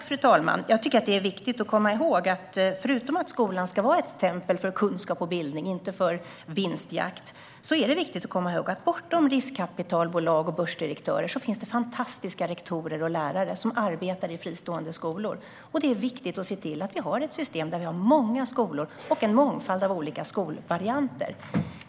Fru talman! Förutom att skolan ska vara ett tempel för kunskap och bildning, inte för vinstjakt, är det viktigt att komma ihåg att det bortom riskkapitalbolag och börsdirektörer finns fantastiska rektorer och lärare som arbetar i fristående skolor. Det är viktigt att se till att vi har ett system med många skolor och en mångfald av olika skolvarianter.